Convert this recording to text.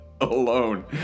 Alone